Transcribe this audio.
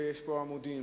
יש בו עמודים,